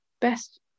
best